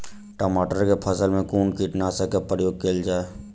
टमाटर केँ फसल मे कुन कीटनासक केँ प्रयोग कैल जाय?